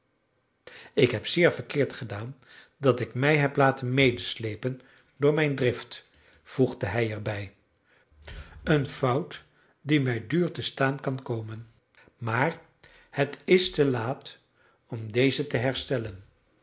ik heb zeer verkeerd gedaan dat ik mij heb laten medesleepen door mijn drift voegde hij er bij een fout die mij duur te staan kan komen maar het is te laat om deze te herstellen